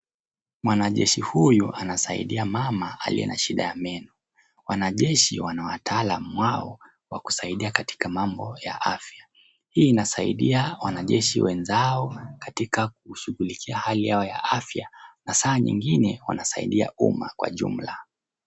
Mwanajeshi huyu anasaidia mama aliye na shida ya meno. Wanajeshi wana wataalam wao wa kusaidia katika mambo ya afya. Hii inasaidia wanajeshi wenzao katika kushughulikia hali yao ya afya. Na saa nyingine wanasaidia umma kwa jumla.